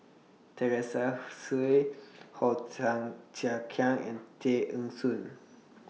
Teresa Hsu Way Hor Thia Thia Khiang and Tay Eng Soon